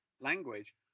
language